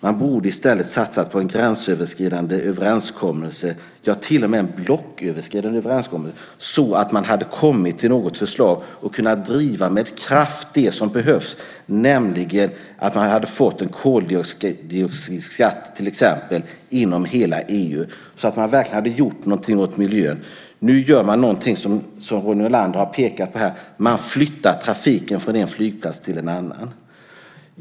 Man borde i stället ha satsat på en gränsöverskridande överenskommelse - ja, till och med på en blocköverskridande överenskommelse - så att man hade kommit fram till ett förslag och med kraft hade kunnat driva det som behövs, nämligen att till exempel få en koldioxidskatt inom hela EU så att någonting verkligen gjordes åt miljön. Nu gör man så, som Ronny Olander pekat på, att man flyttar trafiken från en flygplats till en annan.